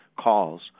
calls